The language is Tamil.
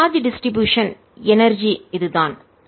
இந்த சார்ஜ் டிஸ்ட்ரிபியூஷன் விநியோகத்தின் எனர்ஜி ஆற்றல் இதுதான்